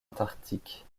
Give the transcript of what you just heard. antarctique